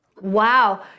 Wow